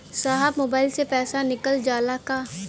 साहब मोबाइल से पैसा निकल जाला का?